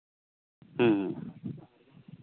ᱦᱮᱸ